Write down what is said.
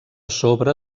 sobre